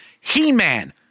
He-Man